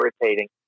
irritating